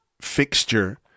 fixture